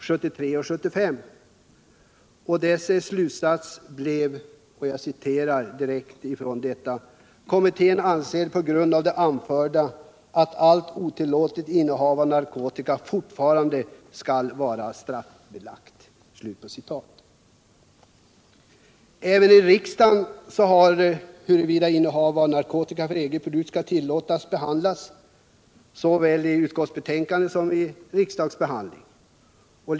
73-75, och dess slutsats blev att ”kommittén anser på grund av det anförda att allt otillåtet innehav av narkotika fortfarande skall vara straffbelagt”. Även i riksdagen har frågan huruvida innehav av narkotika för eget bruk skall tillåtas behandlats såväl i utskottsbetänkanden som i riksdagsdebatt.